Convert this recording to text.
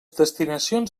destinacions